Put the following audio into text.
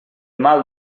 mal